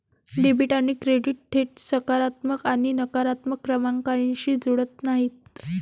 debit आणि credit थेट सकारात्मक आणि नकारात्मक क्रमांकांशी जुळत नाहीत